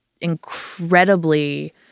incredibly